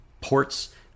ports